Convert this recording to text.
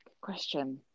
Question